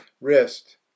wrist